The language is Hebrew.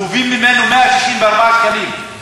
גובים ממנו 164 שקלים.